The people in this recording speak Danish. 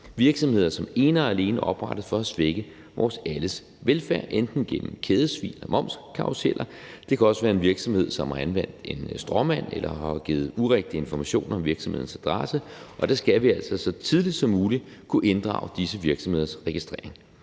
virksomheder, som ene og alene oprettes for at svække vores alles velfærd, enten gennem kædesvig eller momskarruseller. Det kan også være en virksomhed, som har anvendt en stråmand eller har givet urigtige informationer om virksomhedens adresse. Og der skal vi altså så tidligt som muligt kunne inddrage disse virksomheders registrering.